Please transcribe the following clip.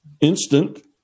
instant